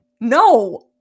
no